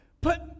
put